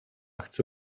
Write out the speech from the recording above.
chce